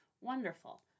Wonderful